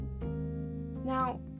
Now